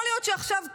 יכול להיות שעכשיו כאן,